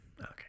Okay